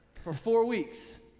for four weeks,